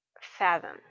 fathom